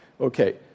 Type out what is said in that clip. okay